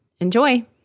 Enjoy